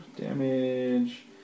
Damage